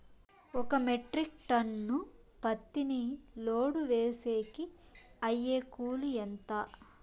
ఒక metric ton పత్తిని load వేసేకి అయ్యే కూలి ఎంత?